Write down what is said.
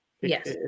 Yes